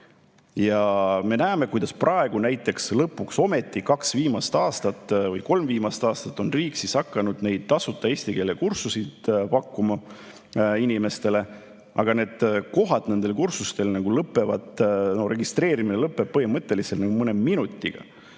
Me näeme, kuidas praegu lõpuks ometi, kaks viimast aastat või kolm viimast aastat on riik näiteks hakanud tasuta eesti keele kursuseid pakkuma inimestele, aga kohad nendel kursustel lõpevad, registreerimine lõpeb põhimõtteliselt mõne minutiga.